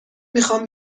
میخوام